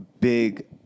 big